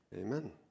Amen